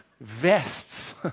vests